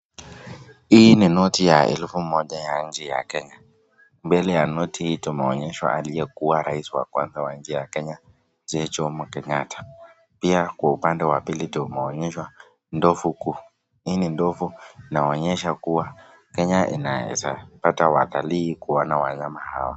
Hii ni noti ya elfu moja ya nchi Kenya, mbele ya noti hii tumeonyeshwa aliyekuwa rais wa nchi ya Kenya Mzee Jommo Kenyatta, pia kwa upande wa pili tumeonyeshwa ndovu kuu, hii ndovu inaonyesha kuwa Kenya inaweza pata watalii kuona wanyama hawa.